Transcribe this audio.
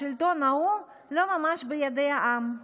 השלטון ההוא לא ממש בידי העם,